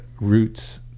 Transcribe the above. roots